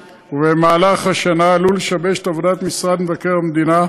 ובמהלך השנה עלולה לשבש את עבודת משרד מבקר המדינה,